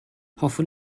hoffwn